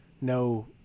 No